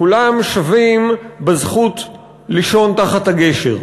כולם שווים בזכות לישון מתחת לגשר.